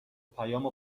پیامو